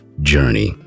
journey